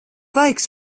laiks